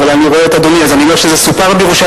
אבל אני רואה את אדוני אז אני אומר שזה סופר בירושלים,